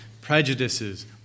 prejudices